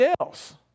else